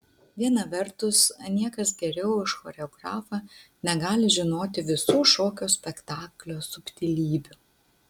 viena vertus niekas geriau už choreografą negali žinoti visų šokio spektaklio subtilybių